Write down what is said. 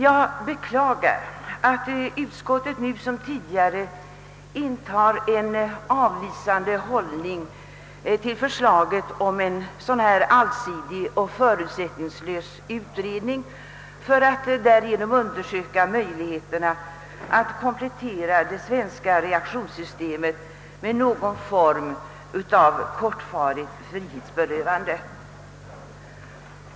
Jag beklagar att utskottet nu liksom tidigare intar en avvisande hållning till förslaget om en allsidig och förutsättningslös utredning för att undersöka möjligheterna att komplettera det svenska reaktionssystemet med någon form av kortvarigt frihetsberövande.